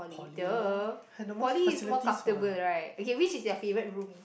poly duh poly is more comfortable right okay which is your favourite room in